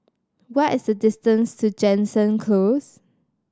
what is the distance to Jansen Close